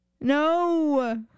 No